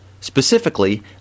Specifically